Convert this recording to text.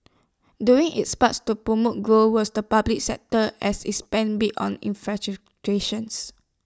doing its parts to promote growth was the public sector as IT spent big on